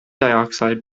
dioxide